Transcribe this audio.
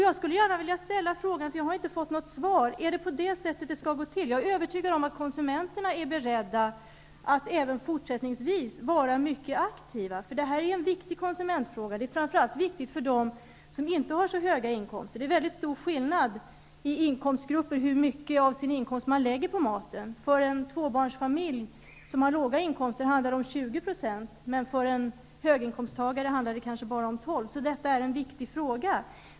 Jag har inte fått något svar och vill gärna ställa frågan: Är det så det skall gå till? Jag är övertygade om att konsumenterna är beredda att även fortsättningsvis vara mycket aktiva. Det här är en viktig konsumentfråga. Det är framför allt viktigt för dem som inte har så höga inkomster. Mellan de olika inkomstgrupperna är det mycket stor skillnad på hur mycket av sin inkomst som man lägger på maten. För en tvåbarnsfamilj som har låga inkomster handlar det om 20 %, men för en höginkomsttagare handlar det kanske bara om 12 %. Detta är således en viktig fråga.